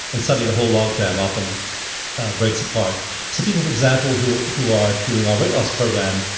and suddenly, the whole logjam often breaks apart so people, for example, who who are doing our weight loss program,